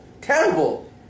terrible